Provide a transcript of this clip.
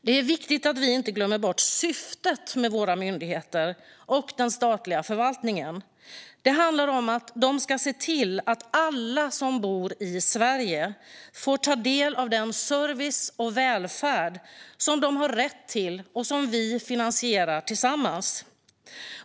Det är viktigt att vi inte glömmer bort syftet med våra myndigheter och den statliga förvaltningen. Det handlar om att se till att alla som bor i Sverige får ta del av den service och välfärd de har rätt till och som vi finansierar tillsammans.